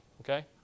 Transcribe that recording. Okay